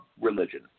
religion